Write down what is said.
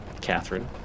Catherine